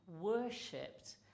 worshipped